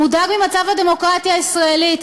מודאג ממצב הדמוקרטיה הישראלית.